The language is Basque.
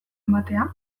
ematea